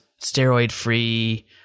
steroid-free